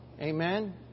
Amen